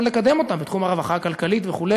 לקדם אותם בתחום הרווחה הכלכלית וכו',